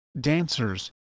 dancers